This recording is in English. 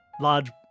large